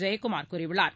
ஜெயக்குமார் கூறியுள்ளார்